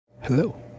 Hello